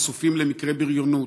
חשופים למקרי בריונות,